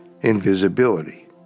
invisibility